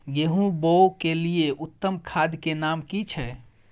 गेहूं बोअ के लिये उत्तम खाद के नाम की छै?